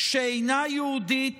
שאינה יהודית